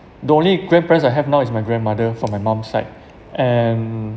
the only grandparents I have now is my grandmother from my mom side and